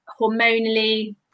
hormonally